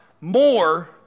more